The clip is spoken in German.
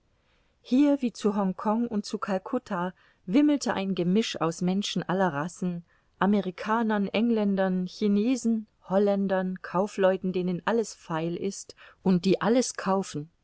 hier wie zu hongkong und zu calcutta wimmelte ein gemisch aus menschen aller racen amerikanern engländern chinesen holländern kaufleuten denen alles feil ist und die alles kaufen